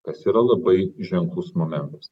kas yra labai ženklus momentas